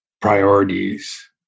priorities